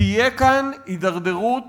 תהיה כאן הידרדרות